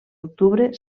octubre